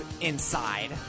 inside